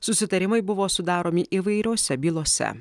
susitarimai buvo sudaromi įvairiose bylose